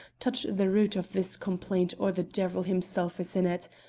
touch the root of this complaint or the devil himself is in it.